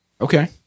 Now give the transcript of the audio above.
Okay